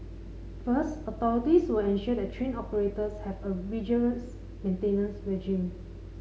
first authorities will ensure that train operators have a rigorous maintenance regime